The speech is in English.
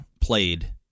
played